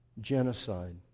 Genocide